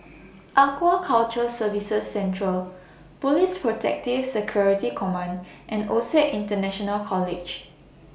Aquaculture Services Central Police Protective Security Command and OSAC International College